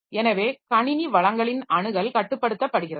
எனவே கணினி வளங்களின் அணுகல் கட்டுப்படுத்தப்படுகிறது